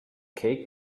cake